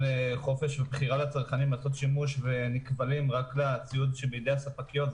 חופש ובחירה לצרכנים לעשות שימוש ונכבלים רק לציוד שבידי הספקיות,